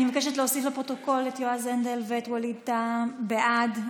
אני מבקשת להוסיף לפרוטוקול את יועז הנדל ואת ווליד טאהא בעד.